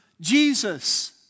Jesus